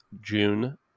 June